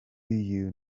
you